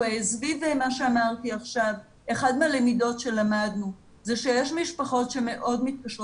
סביב מה שאמרתי עכשיו אחת מהלמידות שלמדנו זה שיש משפחות שמאוד מתקשות